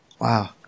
Wow